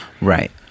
Right